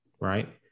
right